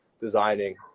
designing